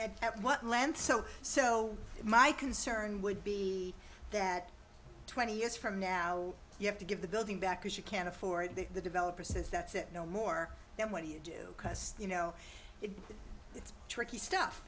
e what land so so my concern would be that twenty years from now you have to give the building back as you can afford the developer says that's it no more then what do you do because you know it it's tricky stuff